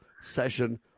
session